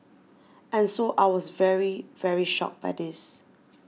and so I was very very shocked by this